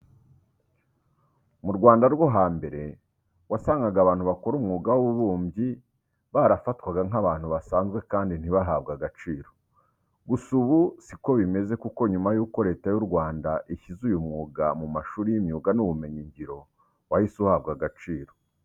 Mu Rwanda rwo hambere wasangaga abantu bakora umwuga w'ububumbyi barafatwaga nk'abantu basanze kandi ntibahabwe agaciro. Gusa ubu, si ko bimeze kuko nyuma yuko Leta y'u Rwanda ishyize uyu mwuga mu mashuri y'imyuga n'ubumenyingira wahise uhabwa agaciro.